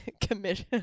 commission